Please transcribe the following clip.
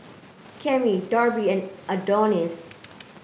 Cami Darby and Adonis